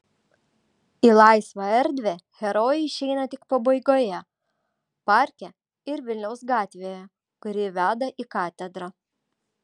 į laisvą erdvę herojai išeina tik pabaigoje parke ir vilniaus gatvėje kuri veda į katedrą